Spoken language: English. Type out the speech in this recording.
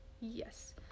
yes